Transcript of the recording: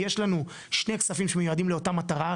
יש לנו שני כספים שמיועדים לאותה מטרה,